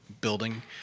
building